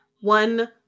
One